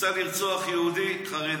ניסה לרצוח יהודי חרדי.